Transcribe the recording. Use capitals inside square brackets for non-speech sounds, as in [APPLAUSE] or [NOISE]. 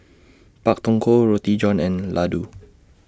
Pak Thong Ko Roti John and Laddu [NOISE]